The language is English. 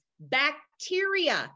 bacteria